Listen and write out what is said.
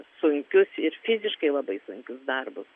sunkius ir fiziškai labai sunkius darbus